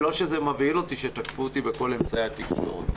לא שזה מבהיל אותי שתקפו אותי בכל אמצעי התקשורת.